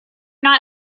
not